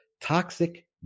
toxic